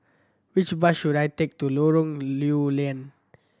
which bus should I take to Lorong Lew Lian